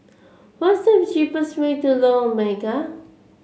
what's the cheapest way to Lorong Mega